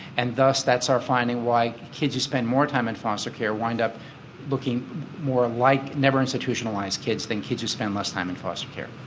and that's that's our finding, why kids who spend more time in foster care wind up looking more like never institutionalised kids than kids who spend less time in foster care.